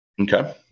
Okay